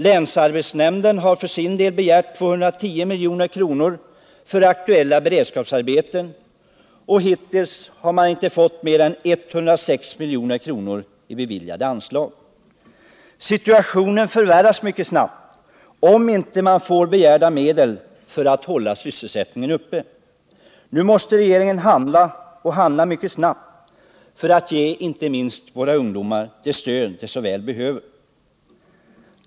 Länsarbetsnämnden har för sin del begärt 210 milj.kr. för aktuella beredskapsarbeten, men hittills har man inte fått beviljat mer än 106 milj.kr. Situationen förvärras mycket snabbt om man inte får begärda medel för att hålla sysselsättningen uppe. Nu måste regeringen handla — och handla mycket snabbt — för att ge inte minst våra ungdomar det stöd de så väl behöver.